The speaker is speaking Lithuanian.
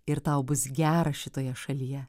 ir tau bus gera šitoje šalyje